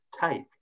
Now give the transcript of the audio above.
take